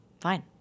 fine